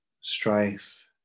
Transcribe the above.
strife